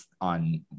on